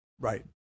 Right